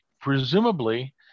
presumably